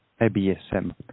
ABSM